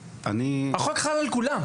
החוק חל על כולם.